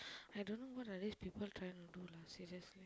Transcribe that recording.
I don't know what are these people trying to do lah seriously